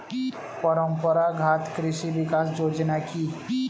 পরম্পরা ঘাত কৃষি বিকাশ যোজনা কি?